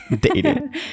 Dating